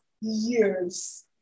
years